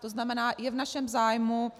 To znamená, je v našem zájmu